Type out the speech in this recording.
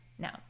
Now